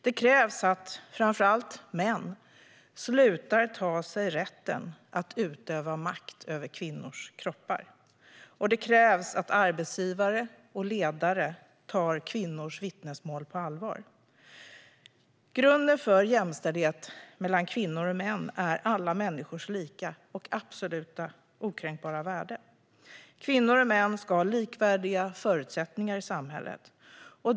Det krävs att framför allt män slutar ta sig rätten att utöva makt över kvinnors kroppar, och det krävs att arbetsgivare och ledare tar kvinnors vittnesmål på allvar. Grunden för jämställdhet mellan kvinnor och män är alla människors lika och absoluta okränkbara värde. Kvinnor och män ska ha likvärdiga förutsättningar i samhället.